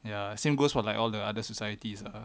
ya same goes for like all the other societies